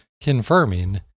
confirming